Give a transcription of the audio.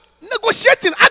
negotiating